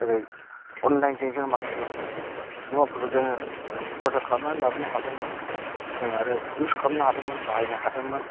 ओरै अनलाइनजों जों माखासे मुवाफोरखौ जोङो अर्डार खालामनानै लाबोनो हादोंमोन जों आरो इउस खालामनो हादोंमोन बाहायनो हादोंमोन